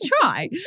try